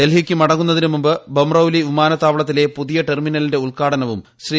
ഡൽഹിക്ക് മടങ്ങുന്നതിന് മുമ്പ് ബാമ്റൌലി വിമാനത്താവളത്തിലെ പുതിയ ടെർമിനലിന്റെ ഉദ്ഘാടനവും ശ്രീ